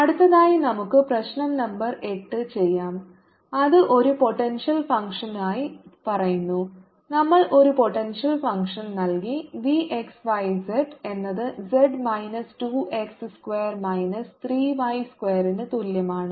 അടുത്തതായി നമുക്ക് പ്രശ്നo നമ്പർ 8 ചെയ്യാം അത് ഒരു പോട്ടെൻഷ്യൽ ഫംഗ്ഷനായി പറയുന്നു നമ്മൾ ഒരു പോട്ടെൻഷ്യൽ ഫംഗ്ഷൻ നൽകി V x y z എന്നത് z minus 2 x square minus 3 y സ്ക്വയറിന് തുല്യമാണ്